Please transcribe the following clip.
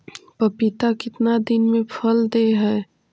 पपीता कितना दिन मे फल दे हय?